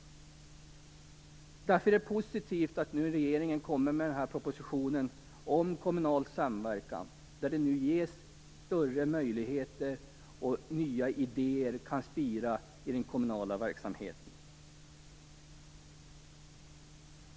Därför är det positivt att regeringen nu kommer med denna proposition om kommunal samverkan. Därmed ges större möjligheter. Nya idéer kan spira i den kommunala verksamheten.